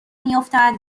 میافتد